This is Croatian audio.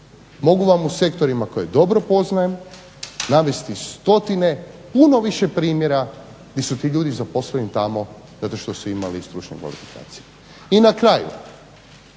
mogu vam u sektorima koje dobro poznajem navesti stotine, puno više primjera gdje su ti ljudi zaposleni tamo zato što su imali stručne kvalifikacije. I na kraju